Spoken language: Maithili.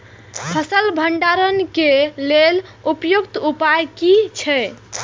फसल भंडारण के लेल उपयुक्त उपाय कि छै?